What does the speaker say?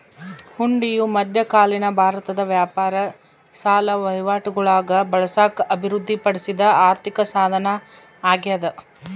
ಹುಂಡಿಯು ಮಧ್ಯಕಾಲೀನ ಭಾರತದ ವ್ಯಾಪಾರ ಸಾಲ ವಹಿವಾಟುಗುಳಾಗ ಬಳಸಾಕ ಅಭಿವೃದ್ಧಿಪಡಿಸಿದ ಆರ್ಥಿಕಸಾಧನ ಅಗ್ಯಾದ